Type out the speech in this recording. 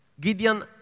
Gideon